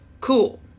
Cool